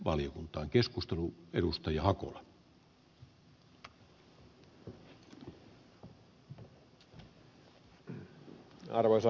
arvoisa herra puhemies